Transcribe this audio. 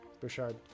Bouchard